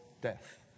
death